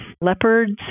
leopards